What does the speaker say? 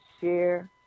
share